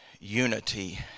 unity